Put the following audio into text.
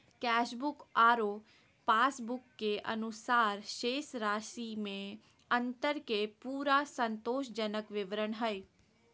cashbook आरो passbook के अनुसार शेष राशि में अंतर के पूरा संतोषजनक विवरण हइ